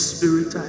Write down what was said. Spirit